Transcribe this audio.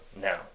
now